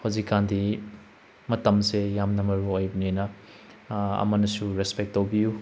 ꯍꯧꯖꯤꯛ ꯀꯥꯟꯗꯤ ꯃꯇꯝꯁꯦ ꯌꯥꯝꯅ ꯃꯔꯨ ꯑꯣꯏꯕꯅꯤꯅ ꯑꯃꯅꯁꯨ ꯔꯦꯁꯄꯦꯛ ꯇꯧꯕꯌꯨ